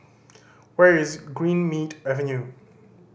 where is Greenmead Avenue